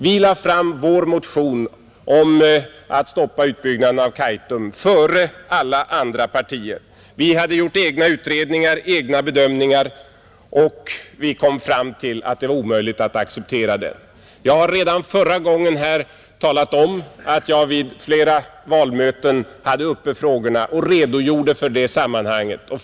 Vi väckte vår motion om att stoppa utbyggnaden av Kaitum före alla andra partier. Vi hade gjort egna utredningar och egna bedömningar, och vi kom fram till att det var omöjligt att acceptera förslaget. Jag talade redan förra gången om att jag vid flera valmöten hade denna fråga uppe och redogjorde för sammanhangen.